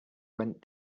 went